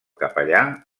capellà